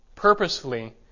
purposefully